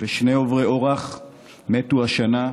ושני עוברי אורח מתו השנה,